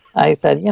i said, yeah